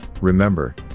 remember